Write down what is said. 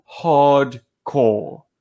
hardcore